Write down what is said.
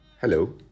Hello